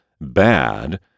bad